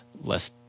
less